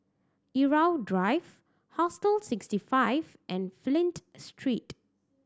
Irau Drive Hostel Sixty Five and Flint Street